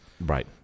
Right